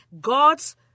God's